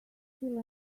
feel